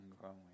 growing